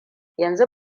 yanzu